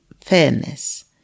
fairness